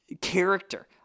character